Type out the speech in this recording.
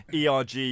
ERG